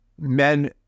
men